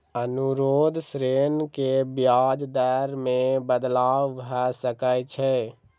अनुरोध ऋण के ब्याज दर मे बदलाव भ सकै छै